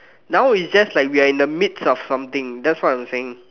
now we just like we are in the midst of something that's what I'm saying